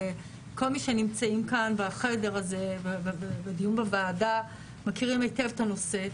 וכל אלו שנמצאים כאן בחדר הזה ובדיון בוועדה מכירים היטב את הנושא.